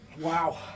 Wow